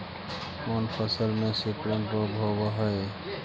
कोन फ़सल में सिकुड़न रोग होब है?